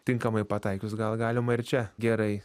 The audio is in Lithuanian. tinkamai pataikius gal galima ir čia gerai